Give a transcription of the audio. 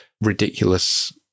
ridiculous